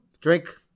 Drink